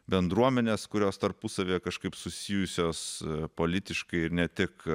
bendruomenes kurios tarpusavyje kažkaip susijusios politiškai ir ne tik